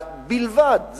בלבד,